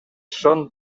són